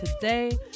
today